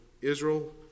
Israel